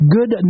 Good